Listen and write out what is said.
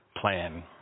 plan